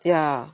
ya